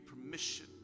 permission